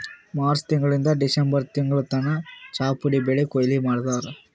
March ತಿಂಗಳಿಂದ್ December ತಿಂಗಳ್ ತನ ಚಾಪುಡಿ ಬೆಳಿ ಕೊಯ್ಲಿ ಮಾಡ್ತಾರ್